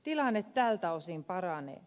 tilanne tältä osin paranee